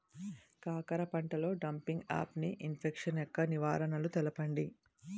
కాకర పంటలో డంపింగ్ఆఫ్ని ఇన్ఫెక్షన్ యెక్క నివారణలు తెలపండి?